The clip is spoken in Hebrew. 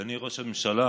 אדוני ראש הממשלה,